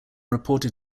reported